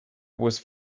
was